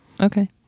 okay